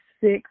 six